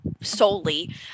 solely